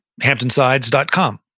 hamptonsides.com